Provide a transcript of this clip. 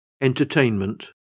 Entertainment